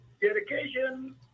dedication